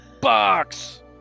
Box